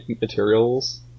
materials